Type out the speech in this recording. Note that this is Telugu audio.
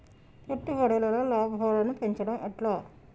పెట్టుబడులలో లాభాలను పెంచడం ఎట్లా?